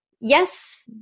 yes